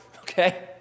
okay